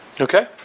Okay